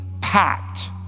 packed